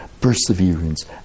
perseverance